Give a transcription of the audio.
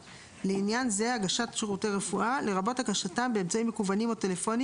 אישור הרשאה אישית לפי פרק ב'2"